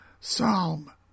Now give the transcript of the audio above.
Psalm